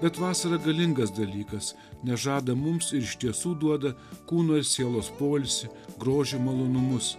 bet vasara galingas dalykas nes žada mums ir iš tiesų duoda kūno ir sielos poilsį grožio malonumus